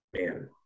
Man